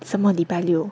什么礼拜六